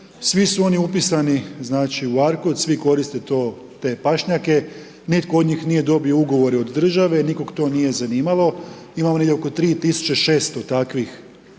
u .../nerazumljivo/..., svi koriste te pašnjake, nitko od njih nije dobio ugovore od države, nikog to nije zanimalo, imamo negdje oko 3,600 takvih